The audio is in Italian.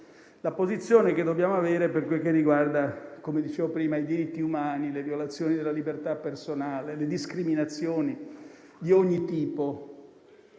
la posizione che dobbiamo tenere per quel che riguarda, come dicevo prima, i diritti umani, le violazioni della libertà personale, le discriminazioni di ogni tipo.